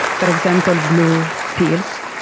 for example, blue pills,